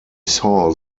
saw